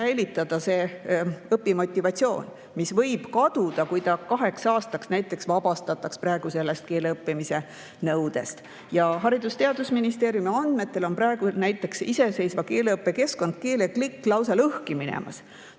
säilitada õpimotivatsioon, mis võib kaduda, kui ta kaheks aastaks näiteks vabastataks keele õppimise nõudest. Haridus‑ ja Teadusministeeriumi andmetel on praegu näiteks iseseisva keeleõppe keskkond Keeleklikk lausa lõhki minemas.